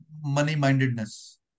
money-mindedness